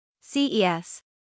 CES